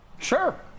Sure